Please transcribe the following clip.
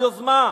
על יוזמה,